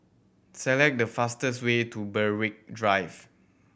select the fastest way to Berwick Drive